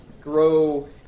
grow